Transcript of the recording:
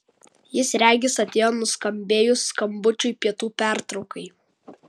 jis regis atėjo nuskambėjus skambučiui pietų pertraukai